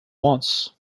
once